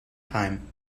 time